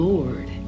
Lord